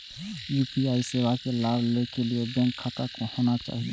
UPI सेवा के लाभ लै के लिए बैंक खाता होना चाहि?